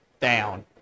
Down